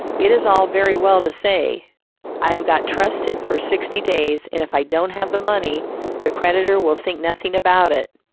it is all very well to say i have got trusted for sixty days, and if i don't have the money the creditor will think nothing about it.